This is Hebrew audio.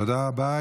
תודה רבה.